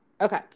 okay